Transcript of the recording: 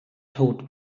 tot